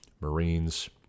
marines